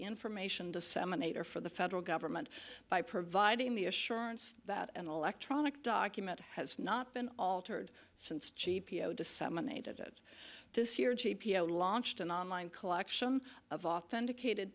information disseminator for the federal government by providing the assurance that an electronic document has not been altered since g p o disseminated it this year g p o launched an online collection of authenticated